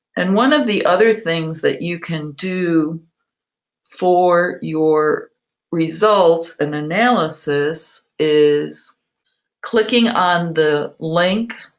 and one of the other things that you can do for your results and analysis is clicking on the link,